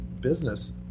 business